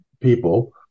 people